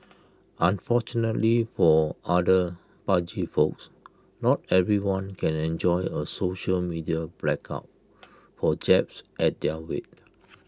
unfortunately for other pudgy folks not everyone can enjoy A social media blackout for jabs at their weight